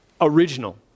original